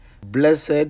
blessed